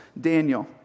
Daniel